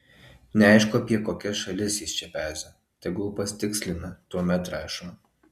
neaišku apie kokias šalis jis čia peza tegul pasitikslina tuomet rašo